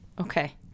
Okay